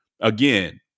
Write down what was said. Again